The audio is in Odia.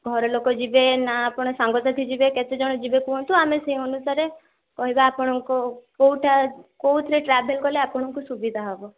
ଘର ଲୋକ ଯିବେ ନା ଆପଣ ସାଙ୍ଗସାଥୀ ଯିବେ କେତେଜଣ ଯିବେ କୁହନ୍ତୁ ଆମେ ସେ ଅନୁସାରେ କହିବା ଆପଣଙ୍କ କେଉଁ କେଉଁଟା କେଉଁଥିରେ ଟ୍ରାଭେଲ୍ କଲେ ଆପଣଙ୍କୁ ସୁବିଧା ହେବ